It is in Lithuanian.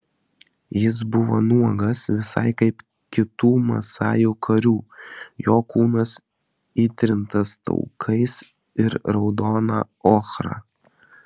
jis buvo nuogas visai kaip kitų masajų karių jo kūnas įtrintas taukais ir raudona ochra